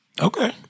Okay